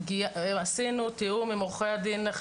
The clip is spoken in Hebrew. כלומר אתם נושא הדיון.